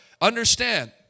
Understand